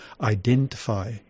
identify